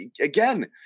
again